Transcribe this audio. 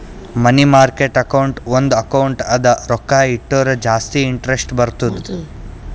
ಮನಿ market account ಒಂದ್ account ಅದ ರೊಕ್ಕಾ ಇಟ್ಟುರ ಜಾಸ್ತಿ ಇಂಟರೆಸ್ಟ್ ಬರ್ತುದ್